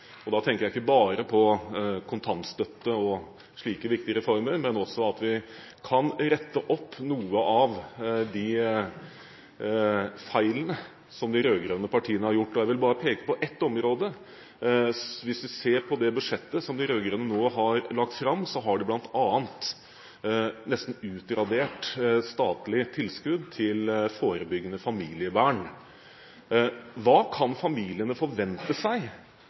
familiepolitikk. Da tenker jeg ikke bare på kontantstøtte og slike viktige reformer, men også at vi kan rette opp noen av de feilene som de rød-grønne partiene har gjort. Jeg vil bare peke på ett område: Hvis vi ser på det budsjettet som de rød-grønne nå har lagt fram, har de bl.a. nesten utradert statlig tilskudd til forebyggende familievern. Mitt enkle spørsmål er: Hva kan familiene forvente seg